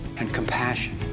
and compassion,